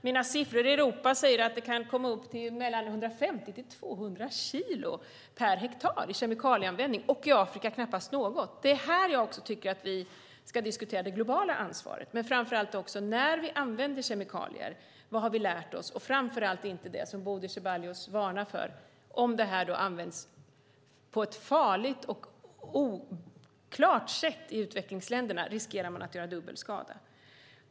Mina siffror säger att det kan komma upp i 150-200 kilo per hektar i kemikalieanvändning i Europa och i Afrika knappast något. Det är här jag tycker att vi ska diskutera det globala ansvaret men framför allt också, när vi använder kemikalier, vad vi har lärt oss och framför allt det som Bodil Ceballos varnar för: Om det här används på ett farligt och oklart sätt i utvecklingsländerna riskerar man att göra dubbel skada.